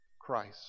Christ